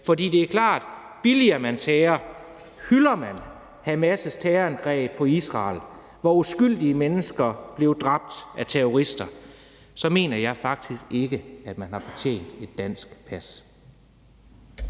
For det er klart, at billiger man terror og hylder man Hamas' terrorangreb på Israel, hvor uskyldige mennesker blev dræbt af terrorister, mener jeg faktisk ikke, man har fortjent et dansk pas.